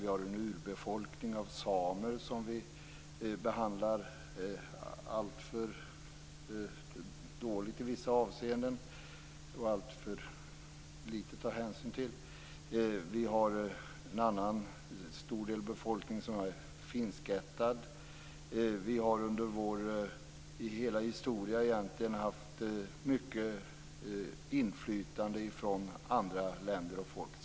Vi har en urbefolkning av samer som vi i vissa avseenden behandlar dåligt och som vi tar alltför liten hänsyn till. En stor del av befolkningen är finskättad. Det har under hela Sveriges historia förekommit stort inflytande från andra länder och folk.